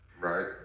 Right